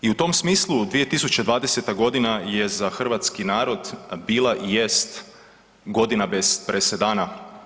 I u tom smislu 2020. godina je za hrvatski narod bila i jest godina bez presedana.